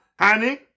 honey